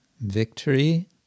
victory